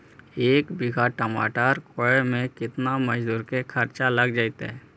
एक बिघा टमाटर कोड़े मे केतना मजुर के खर्चा लग जितै?